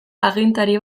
agintari